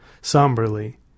somberly